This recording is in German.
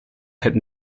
hätten